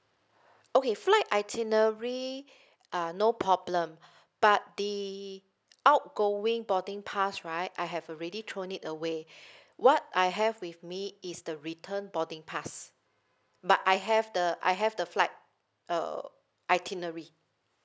okay flight itinerary uh no problem but the outgoing boarding pass right I have already thrown it away what I have with me is the return boarding pass but I have the I have the flight err itinerary